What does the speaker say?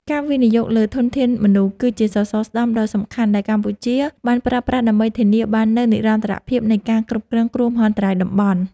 ការវិនិយោគលើធនធានមនុស្ស គឺជាសសរស្តម្ភដ៏សំខាន់ដែលកម្ពុជាបានប្រើប្រាស់ដើម្បីធានាបាននូវនិរន្តរភាពនៃការគ្រប់គ្រងគ្រោះមហន្តរាយតំបន់។